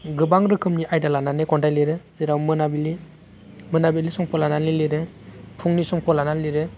गोबां रोखोमनि आयदा लानानै खन्थाइ लिरो जेराव मोनाबिलि मोनाबिलि समखौ लानानै लिरो फुंनि समखौ लानानै लिरो